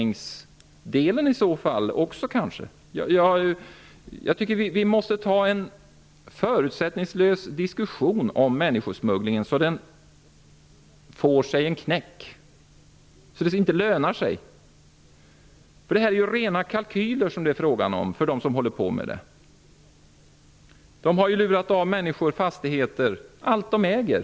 Vi måste ha en förutsättningslös diskussion om människosmugglingen, så att den får sig en knäck, så att den inte lönar sig. Det är ju fråga om rena kalkyler för dem som håller på med detta. De har lurat av människor fastigheter, ja, allt de äger.